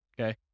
okay